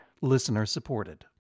Listener-supported